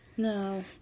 No